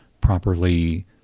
properly